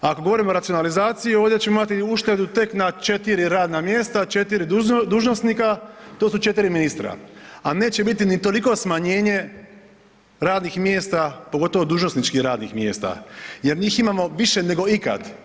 Ako govorimo o racionalizaciji ovdje ćemo imati uštedu tek na 4 radna mjesta, 4 dužnosnika, to su 4 ministra, a neće biti ni toliko smanjenje radnih mjesta, pogotovo dužnosničkih radnih mjesta jer njih imamo više nego ikad.